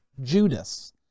Judas